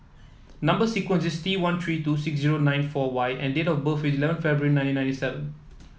number sequence is T one three two six zero nine four Y and date of birth is eleven February nineteen ninety seven